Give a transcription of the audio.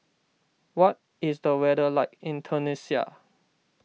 what is the weather like in Tunisia